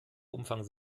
umfang